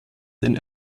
den